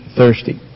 thirsty